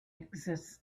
exists